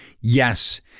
yes